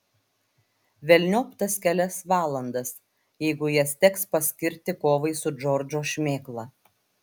velniop tas kelias valandas jeigu jas teks paskirti kovai su džordžo šmėkla